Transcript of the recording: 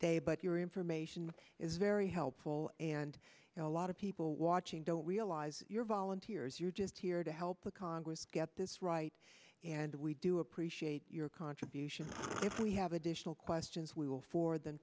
day but your information is very helpful and a lot of people watching don't realize you're volunteers you're just here to help the congress get this right and we do appreciate your contributions if we have additional questions we will for them